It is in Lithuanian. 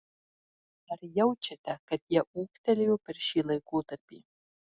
ar jaučiate kad jie ūgtelėjo per šį laikotarpį